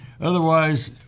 Otherwise